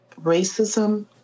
racism